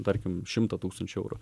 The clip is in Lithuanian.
tarkim šimtą tūkstančių eurų